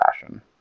fashion